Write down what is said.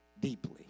deeply